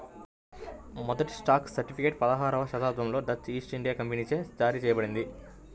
మొదటి stock certificate పదహారవ శతాబ్దంలోనే డచ్ ఈస్ట్ ఇండియా కంపెనీచే జారీ చేయబడింది